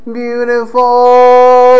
beautiful